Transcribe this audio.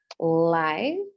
live